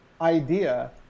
idea